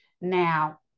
Now